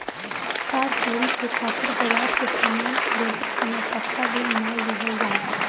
कार चोरी करे खातिर बाजार से सामान खरीदत समय पाक्का बिल ना लिहल जाला